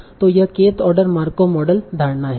तों यह kth order Markov model धारणा है